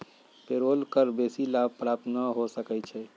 payroll कर बेशी लाभ प्राप्त न हो सकै छइ